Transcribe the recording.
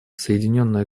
соединенное